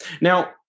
Now